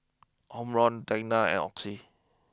Omron Tena and Oxy